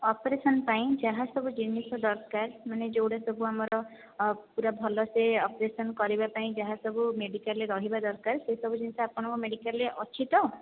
operation ପାଇଁ ଯାହା ସବୁ ଜିନିଷ ଦରକାର ମାନେ ଯେଉଁଗୁଡ଼ା ସବୁ ଆମର ପୂରା ଭଲସେ ଅପେରସନ କରିବା ପାଇଁ ଯାହା ସବୁ ମେଡିକାଲରେ ରହିବା ଦରକାର ସେ ସବୁ ଜିନିଷ ଆପଣ ଙ୍କ ମେଡିକାଲ ରେ ଅଛି ତ